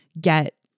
get